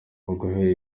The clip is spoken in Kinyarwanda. guhera